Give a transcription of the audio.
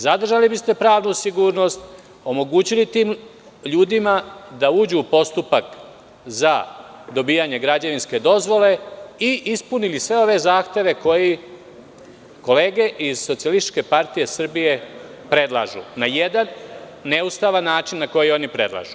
Zadržali biste pravnu sigurnost, omogućili tim ljudima da uđu u postupak za dobijanje građevinske dozvole i ispunili sve ove zahteve koje kolege iz SPS predlažu, na jedan neustavan način na koji oni predlažu.